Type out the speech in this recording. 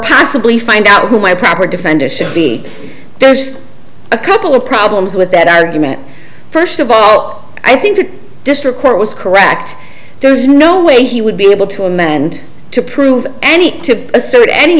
possibly find out who my proper defendant should be there's a couple of problems with that argument first of all i think district court was correct there's no way he would be able to amend to prove anything to assert any